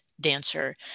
dancer